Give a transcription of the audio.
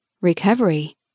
Recovery